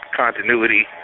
continuity